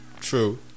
true